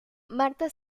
marta